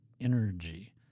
energy